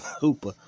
Hooper